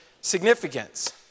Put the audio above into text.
significance